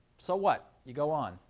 so what? you go on.